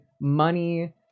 money